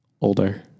older